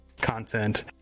content